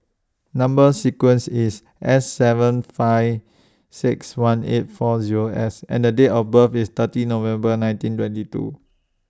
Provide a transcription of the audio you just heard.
Number sequence IS S seven five six one eight four Zero S and Date of birth IS thirty November nineteen twenty two